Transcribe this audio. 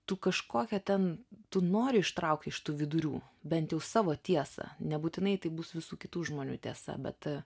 tu kažkokia ten tu nori ištraukti iš tų vidurių bent jau savo tiesą nebūtinai tai bus visų kitų žmonių tiesa bet